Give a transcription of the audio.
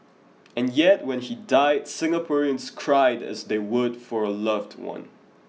and yet when he died Singaporeans cried as they would for a loved one